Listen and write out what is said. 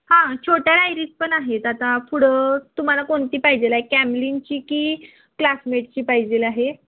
हां छोट्या डायरीज पण आहेत आता पुढं तुम्हाला कोणती पाहिजे आहे कॅमलीनची की क्लासमेटची पाहिजे आहे